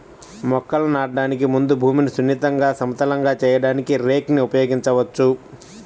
మొక్కలను నాటడానికి ముందు భూమిని సున్నితంగా, సమతలంగా చేయడానికి రేక్ ని ఉపయోగించవచ్చు